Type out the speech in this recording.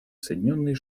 соединенные